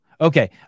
Okay